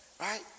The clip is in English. right